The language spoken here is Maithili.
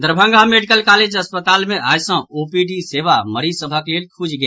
दरभंगा मेडिकल कॉलेज अस्पताल मे आइ सँ ओपीडी सेवा मरीज सभक लेल खुजि गेल